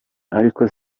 ariko